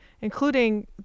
including